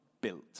built